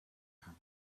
town